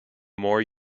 more